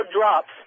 drops